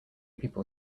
people